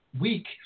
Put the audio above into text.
week